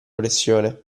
pressione